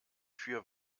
für